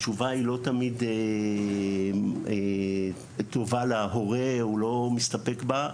התשובה היא לא תמיד טובה להורה והוא לא מסתפק בה.